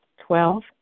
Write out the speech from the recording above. Twelve